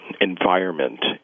environment